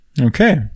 Okay